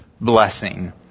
blessing